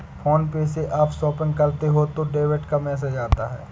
phone पे से आप शॉपिंग करते हो तो डेबिट का मैसेज आता है